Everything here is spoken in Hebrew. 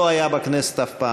המצב הזה לא היה בכנסת אף פעם.